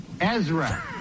Ezra